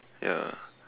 ya